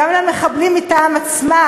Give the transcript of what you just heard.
גם למחבלים מטעם עצמם,